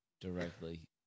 directly